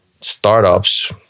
startups